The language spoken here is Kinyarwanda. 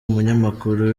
umunyamakuru